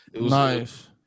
Nice